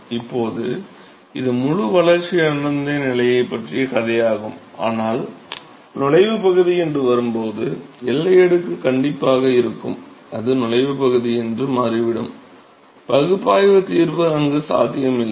இப்போது இது முழு வளர்ச்சியடைந்த நிலையைப் பற்றிய கதையாகும் ஆனால் நுழைவுப் பகுதி என்று வரும்போது எல்லை அடுக்கு கண்டிப்பாக இருக்கும் அது நுழைவுப் பகுதி என்று மாறிவிடும் பகுப்பாய்வு தீர்வு அங்கு சாத்தியமில்லை